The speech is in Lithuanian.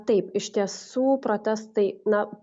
taip iš tiesų protestai na